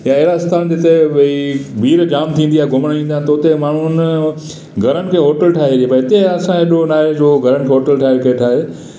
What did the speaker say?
या आहिड़ा स्थानु जिते भई भीड़ जाम थींदी आहे घुमण ईंदा आहिनि त उते माण्हूनि घरनि खे होटल ठाहिजे पर हिते असां वटि एॾो न आहे जो घरनि खे होटल ठाहे केरु ठाहे